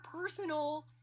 personal